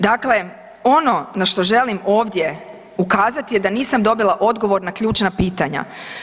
Dakle, ono na što želim ovdje ukazati je da nisam dobila odgovor na ključna pitanja.